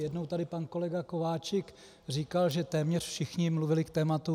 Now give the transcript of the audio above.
Jednou tady pan kolega Kováčik říkal, že téměř všichni mluvili k tématu.